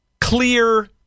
clear